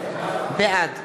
בעד